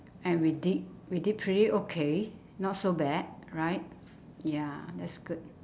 and we did we did pretty okay not so bad right ya that's good